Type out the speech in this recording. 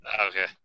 Okay